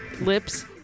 lips